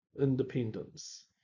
independence